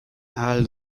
ahal